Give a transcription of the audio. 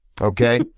Okay